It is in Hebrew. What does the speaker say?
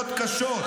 להתעללויות קשות.